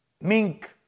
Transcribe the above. mink